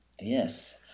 Yes